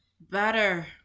better